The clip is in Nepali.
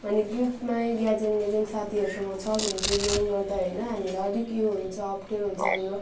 अनि ग्रुपमै ग्याजङग्याजङ साथीहरूसँग छ भने चाहिँ ड्रइङ गर्दा होइन हामीलाई अलिक यो हुन्छ अप्ठेरो हुन्छ हाम्रो